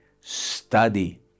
study